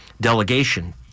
delegation